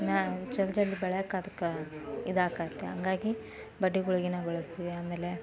ಮೇಲೆ ಚೆಲ್ಲಿ ಚೆಲ್ಲಿ ಬೆಳೆಯೋಕೆ ಅದಕ್ಕೆ ಇದಾಗತ್ತೆ ಹಂಗಾಗಿ ಬಡಿ ಗುಳಿಗೆನ ಬಳಸ್ತೀವಿ ಆಮೇಲೆ